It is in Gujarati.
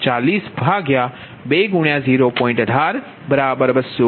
0035MW તેથીPg3118